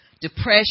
depression